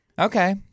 Okay